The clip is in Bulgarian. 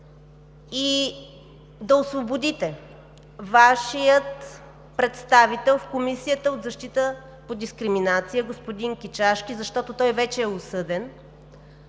и да освободите Вашия представител в Комисията за защита от дискриминация – господин Кичашки, защото той вече е осъден